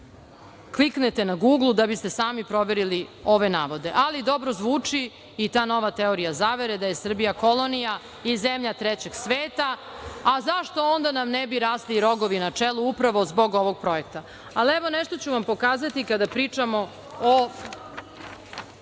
kliknete na Guglu da biste sami proverili ove navode. Ali, dobro zvuči i ta nova teorija zavere, da je Srbija kolonija i zemlja trećeg sveta, a zašto nam onda ne bi rasli i rogovi na čelu, upravo zbog ovog projekta. Nešto ću vam pokazati, kada pričamo o